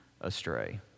astray